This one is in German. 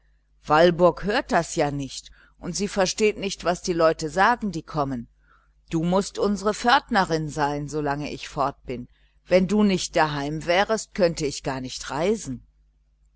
walburg hört das ja nicht und sie versteht nicht was die leute sagen die kommen du mußt unsere pförtnerin sein solange ich fort bin wenn du nicht daheim wärest könnte ich gar nicht reisen